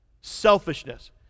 Selfishness